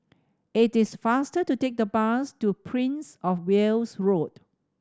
it is faster to take the bus to Prince Of Wales Road